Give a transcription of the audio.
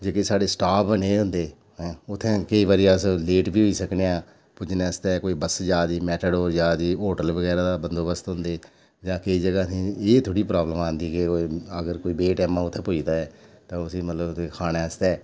जेह्के साढ़े स्टाप बने दे होंदे उत्थै असें केईं बारी अस लेट बी होई सकनेआं पुज्जने आस्तै कोई बस जा दी मैटाडोर जा दी होटल बगैरा दा बंदोबस्त होंदे जां केईं जगह असेंगी एह् थोह्ड़ी प्राब्लम औंदी केईं बारी अगर कोई बे टैमा उत्थै पुजदा ऐ तां उसी मतलब खाने आस्तै